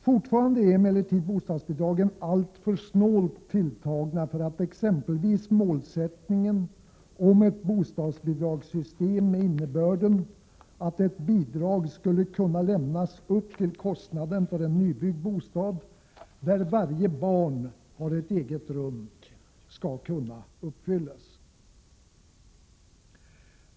Fortfarande är emellertid bostadsbidragen alltför snålt tilltagna för att kunna uppfylla exempelvis målet att bostadsbidrag skulle kunna lämnas upp till kostnaden för nybyggd bostad, där varje barn har ett eget rum.